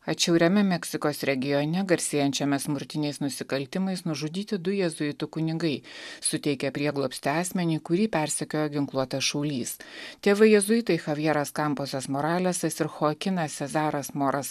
atšiauriame meksikos regione garsėjančiame smurtiniais nusikaltimais nužudyti du jėzuitų kunigai suteikę prieglobstį asmeniui kurį persekiojo ginkluotas šaulys tėvai jėzuitai chavjeras kamposas moralesas ir choakinas sezaras moras